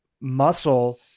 muscle